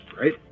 right